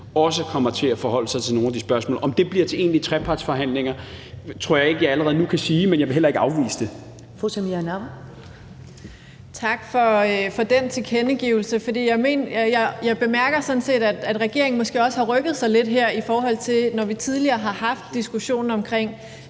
også kommer til at forholde sig til nogle af de spørgsmål. Om det bliver til egentlige trepartsforhandlinger, tror jeg ikke jeg allerede nu kan sige, men jeg vil heller ikke afvise det. Kl. 11:45 Første næstformand (Karen Ellemann): Fru Samira Nawa. Kl. 11:45 Samira Nawa (RV): Tak for den tilkendegivelse. Jeg bemærker sådan set, at regeringen måske også har rykket sig lidt her, i forhold til når vi tidligere har haft diskussionen om